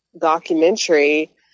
documentary